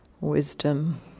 wisdom